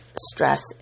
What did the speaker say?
stress